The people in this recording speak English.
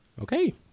Okay